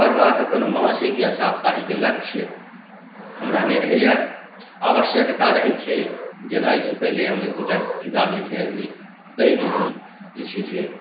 पढ़बाके कोनो मासिक या साप्ताहिक लक्ष्य हमरा नहि रहैया आवश्यकता रहैत छै जेना एहिसँ पहिले हम एक दू टा किताब लिखने रही तहिमे हम जे छै से